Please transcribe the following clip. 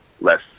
less